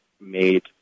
made